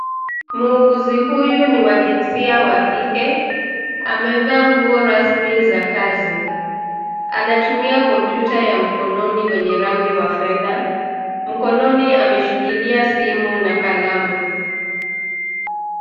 Muuguzi huyu ni wajinsia wa kike., amevaa nguo rasmi za kazi. Anatumia kompyuta ya mkononi wenye rangi wa fedha. Mkononi ameshikilia simu na kalamu.